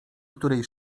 której